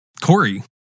Corey